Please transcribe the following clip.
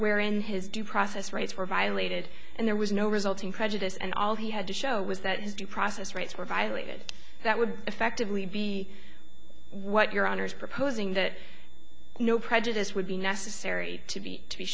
wherein his due process rights were violated and there was no resulting prejudice and all he had to show was that his due process rights were violated that would effectively be what your honor is proposing that no prejudice would be necessary to be to be